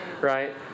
right